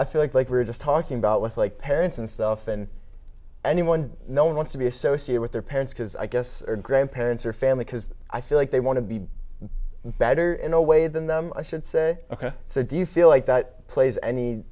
i feel like like we were just talking about with like parents and stuff and anyone no one wants to be associated with their parents because i guess grandparents or family because i feel like they want to be better in a way than them i should say ok so do you feel like that plays any